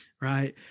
Right